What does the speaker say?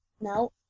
No